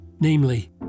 Namely